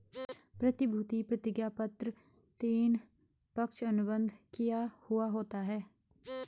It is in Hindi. प्रतिभूति प्रतिज्ञापत्र तीन, पक्ष अनुबंध किया हुवा होता है